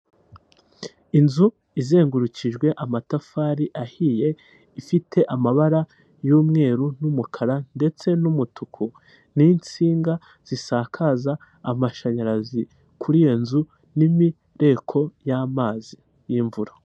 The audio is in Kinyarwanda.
Inzu izengurukijwe amatafari ahiye ifite amabara y'umweru n'umukara ndetse n'umutuku n'insinga zisakaza amashanyarazi kuri iyo nzu n'imireko y'amazi y'imvura.